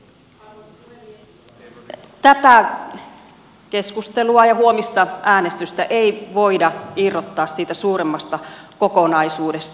tätä keskustelua ja huomista äänestystä ei voida irrottaa siitä suuremmasta kokonaisuudesta